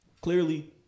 clearly